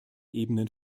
ebenen